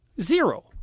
Zero